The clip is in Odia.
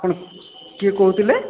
ଆପଣ କିଏ କହୁଥିଲେ